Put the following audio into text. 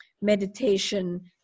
meditation